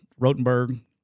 Rotenberg